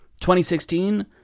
2016